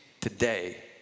today